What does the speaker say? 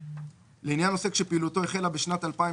(3)לעניין עוסק שפעילותו החלה בשנת 2020